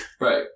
Right